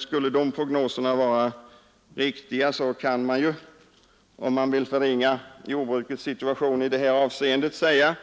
Skulle de prognoserna vara riktiga, kan man, om man vill förringa jordbrukets situation i detta avseende, säga